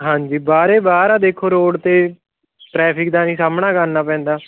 ਹਾਂਜੀ ਬਾਹਰ ਬਾਹਰ ਆ ਦੇਖੋ ਰੋਡ 'ਤੇ ਟਰੈਫਿਕ ਦਾ ਨਹੀਂ ਸਾਹਮਣਾ ਕਰਨਾ ਪੈਂਦਾ